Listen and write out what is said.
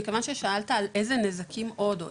מכיוון ששאלת איזה נזקים יש עוד לניקוטין,